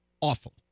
awful